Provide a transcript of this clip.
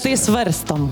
tai svarstom